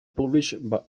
published